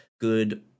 good